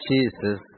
Jesus